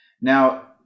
now